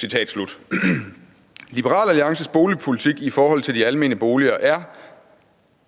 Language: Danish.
kommunerne«. Liberal Alliances boligpolitik i forhold til de almene boliger er,